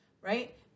right